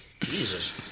jesus